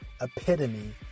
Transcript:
epitome